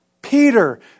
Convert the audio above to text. Peter